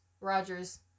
Rogers